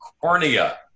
cornea